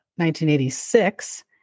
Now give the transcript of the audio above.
1986